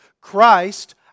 Christ